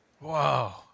wow